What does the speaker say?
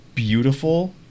beautiful